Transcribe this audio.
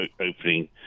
opening